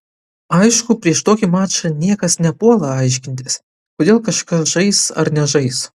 aišku prieš tokį mačą niekas nepuola aiškintis kodėl kažkas žais ar nežais